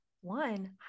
one